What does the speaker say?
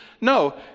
No